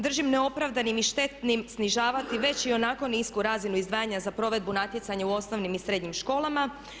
Držim neopravdanim i štetnim snižavati već ionako nisku razinu izdvajanja za provedbu natjecanja u osnovnim i srednjim školama.